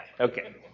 Okay